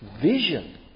vision